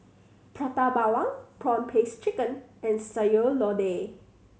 Prata Bawang prawn paste chicken and Sayur Lodeh